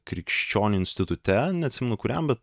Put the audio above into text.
krikščionių institute neatsimenu kuriam bet